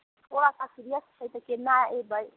ओ एखन सिरियस छै तऽ केना एबै